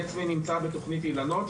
אני עצמי נמצא בתוכנית אילנות,